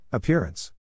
Appearance